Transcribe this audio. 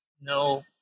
no